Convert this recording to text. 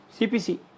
CPC